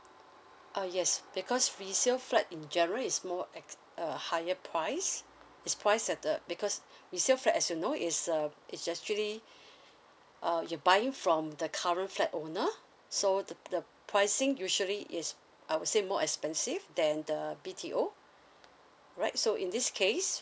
ah yes because resale flat in general is more ex~ uh higher price is priced at the because resale flat as you know is uh it's actually uh you buying from the current flat owner so the the pricing usually is I would say more expensive than the B T O alright so in this case